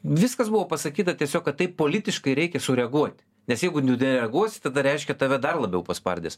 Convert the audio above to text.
viskas buvo pasakyta tiesiog kad taip politiškai reikia sureaguot nes jeigu nereaguosi tada reiškia tave dar labiau paspardys